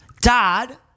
Dad